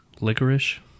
Licorice